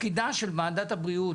תפקידה של ועדת הבריאות,